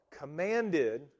commanded